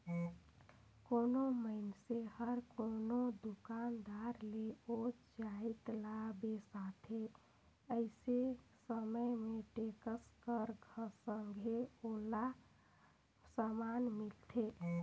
कोनो मइनसे हर कोनो दुकानदार ले ओ जाएत ल बेसाथे अइसे समे में टेक्स कर संघे ओला समान मिलथे